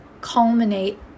culminate